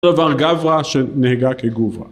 לבן גברה שנהגה כגובה